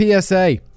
PSA